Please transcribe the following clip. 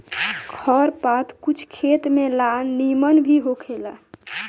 खर पात कुछ खेत में ला निमन भी होखेला